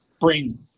bring